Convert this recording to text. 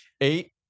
eight